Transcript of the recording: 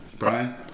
Brian